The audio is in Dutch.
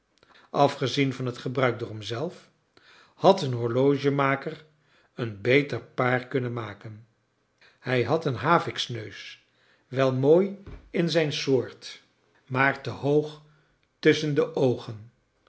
afgezien van het gebruik door hem zelf had een horlogemaker een beter paai kunnen ma ken hij had een haviksnens wel mooi in zijn soort kleine dokrit maar te hoog tusschen de oogeu